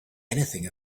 anything